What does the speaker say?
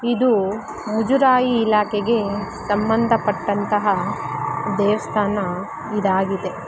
ಇದು ಮುಜರಾಯಿ ಇಲಾಖೆಗೆ ಸಂಬಂಧಪಟ್ಟಂತಹ ದೇವಸ್ಥಾನ ಇದಾಗಿದೆ